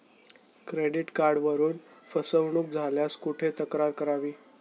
Credit कार्डवरून फसवणूक झाल्यास कुठे तक्रार करावी?